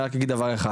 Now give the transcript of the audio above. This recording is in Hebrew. אני רק אגיד דבר אחד,